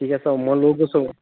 ঠিক আছে মই লৈ গৈছো